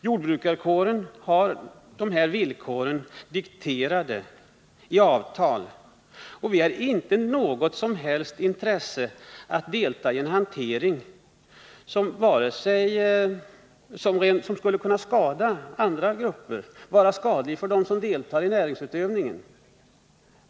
Jordbrukarkåren har de villkor det här gäller dikterade i avtal, och vi har inte något som helst intresse av att delta i en hantering som skulle kunna skada andra grupper eller dem som deltar i näringsutövningen.